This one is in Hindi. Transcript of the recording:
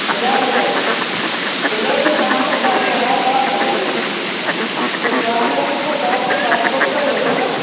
हज़ार रुपये सुबह से शाम तक गाड़ी हमारे पास रहेगी तो सात लोगों के हिसाब से सात सौ रुपये ले लो ना